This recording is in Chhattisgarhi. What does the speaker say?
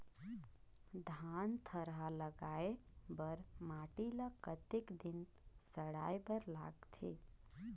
धान थरहा लगाय बर माटी ल कतेक दिन सड़ाय बर लगथे?